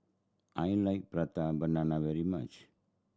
I like Prata Banana very much